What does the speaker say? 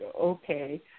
Okay